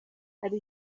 hari